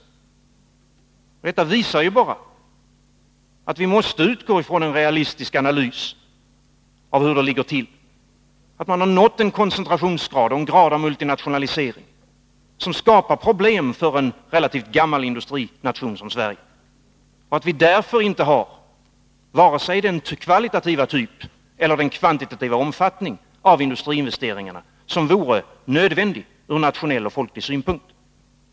Detta visar bara att vi måste utgå från en realistisk analys av hur det ligger till, att man har nått en koncentrationsgrad och en grad av multinationalisering som skapar problem för en relativt gammal industrination som Sverige. Vi har varken den kvalitativa typ eller kvantitativa omfattning av industriinvesteringar som vore nödvändig ur nationell och folklig synpunkt.